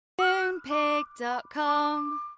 moonpig.com